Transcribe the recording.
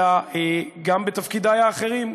אלא גם בתפקידי האחרים,